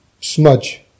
smudge